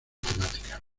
temática